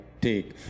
take